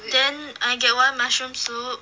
then I get one mushroom soup